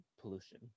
pollution